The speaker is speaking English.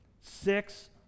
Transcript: Six